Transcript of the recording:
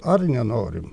ar nenorim